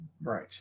Right